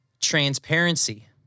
transparency